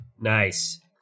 Nice